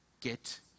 get